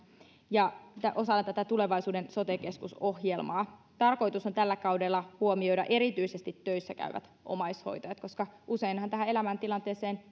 osana tulevaisuuden sote keskus ohjelmaa tarkoitus on tällä kaudella huomioida erityisesti töissäkäyvät omaishoitajat koska useinhan tähän elämäntilanteeseen